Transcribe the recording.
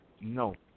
No